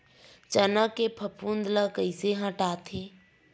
चना के फफूंद ल कइसे हटाथे?